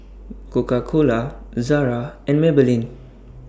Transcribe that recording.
Coca Cola Zara and Maybelline